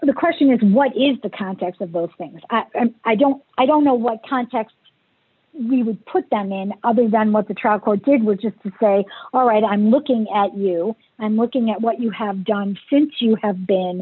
the question is what is the context of those things i don't i don't know what context we would put them in other than what the trial court did would just say all right i'm looking at you and looking at what you have done since you have been